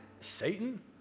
Satan